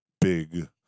big